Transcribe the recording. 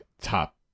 top